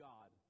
God